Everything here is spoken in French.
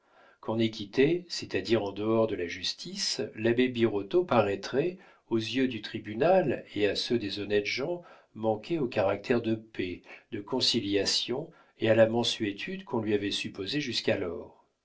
équité c'est-à-dire en dehors de la justice l'abbé birotteau paraîtrait aux yeux du tribunal et à ceux des honnêtes gens manquer au caractère de paix de conciliation et à la mansuétude qu'on lui avait supposés jusqu'alors